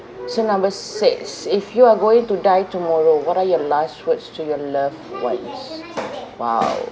so number six if you're going to die tomorrow what are your last words to your loved ones !wow!